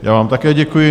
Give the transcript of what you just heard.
Já vám také děkuji.